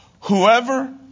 Whoever